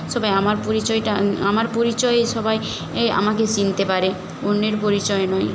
সবাই আমার পরিচয়টা আমার পরিচয়ে সবাই এ আমাকে চিনতে পারে অন্যের পরিচয়ে নয়